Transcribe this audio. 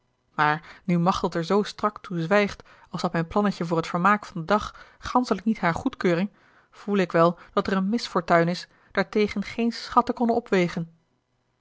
maar nu machteld er zoo strak toe zwijgt als had mijn plannetje voor t vermaak van den dag ganschelijk niet hare goedkeuring voele ik wel dat er eene misfortuin is daartegen geen schatten konnen opwegen